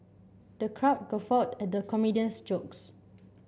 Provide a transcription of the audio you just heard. the crowd guffawed at the comedian's jokes